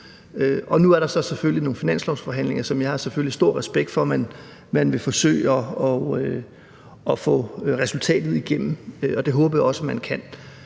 nu er der så selvfølgelig nogle finanslovsforhandlinger, hvor jeg har stor respekt for at man vil forsøge at få resultatet igennem. Det håber jeg også at man kan.